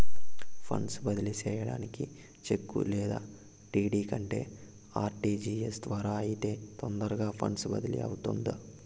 funds బదిలీ సేయడానికి cheque లేదా డీ.డీ కంటే ఆర్.టి.జి.ఎస్ ద్వారా అయితే తొందరగా ఫండ్స్ బదిలీ అవుతుందా